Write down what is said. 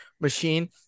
machine